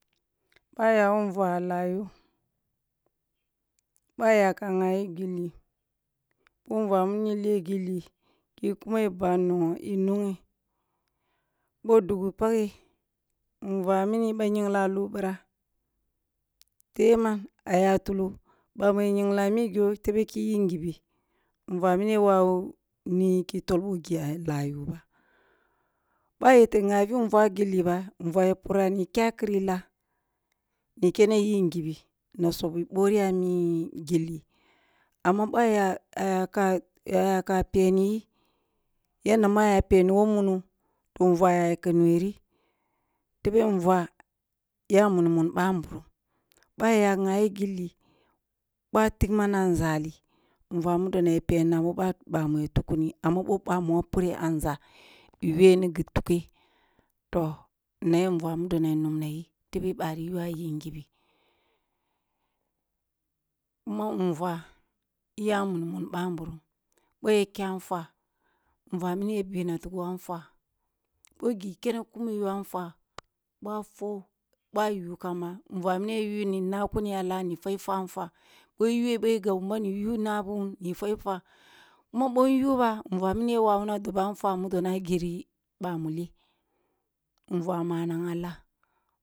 Ɓoh a ya wo nvuah a lah yo ɓoh a ya ghayi gilli, ɓoh nvuah mini leh gilli, khi i kumeh ba nogho khi noghe, ɓoh dughu paghe nvuah mini ɓah yingla a loh pirah the man a ya tulo ɓah mu ya yingla a migho tebe khi yib ngibi nvuah mini ya wawu niyi khi tol ɓoh ghi a lah yo ba, ɓoh a yete nhah nvuah gilli ba nvuah ya purah nikha kiri lah na ikene yib nghibi na subbi ɓori a mi gilli amma ɓoh a ya ka a yaka peni yi yadda mu a ya peni wo muno to nvuah ya khe noh ri tebe nvuah ya wuni mun ɓamburum ɓoh a ya naghi gilli ɓoh a tigh man a nzali nvuah mu do ya peniɓoh ba ɓamu ya tughi ni amma ɓoh ɓah mogho pureha nzah, veh ni tughe, toh neh nvuah mini ya nungh na yi tebe ɓali yuah ying nghibi, kuma nvuah iya wuni mun ɓamburum ɓoh ya kyah nfwah nvuah mini ya bina tigho a nfwa, ɓoh ghi kene kumo yo a nfwah ɓoha fwoh ɓah yo kham ba nvuah mini ya yuh ni nnah kuni a lah ni fwah a nfwah, ɓoh iyu’ah ɓoh i gabwun ba na iyu na bi wun ni fweh a nfwah, kuma ɓoh nyuba nvuah mini ya wawuna doɓe a nfwah mudona a ghiri ɓamule, nvuah manang a lah.